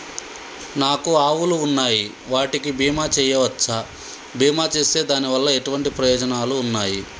నాకు ఆవులు ఉన్నాయి వాటికి బీమా చెయ్యవచ్చా? బీమా చేస్తే దాని వల్ల ఎటువంటి ప్రయోజనాలు ఉన్నాయి?